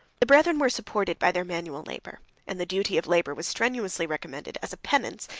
the brethren were supported by their manual labor and the duty of labor was strenuously recommended as a penance,